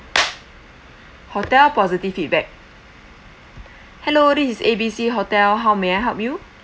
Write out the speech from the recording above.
hotel positive feedback hello this is A B C hotel how may I help you